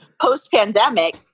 post-pandemic